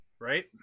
right